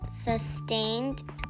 sustained